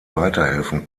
weiterhelfen